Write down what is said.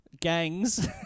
gangs